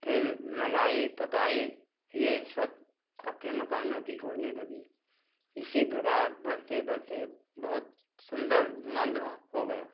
फिर रंगाई पुताई ये सब पक्के मकानों की होने लगी इसी प्रकार बढ़ते बढ़ते बहुत सुन्दर मामला हो गया